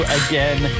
again